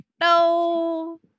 No